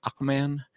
Aquaman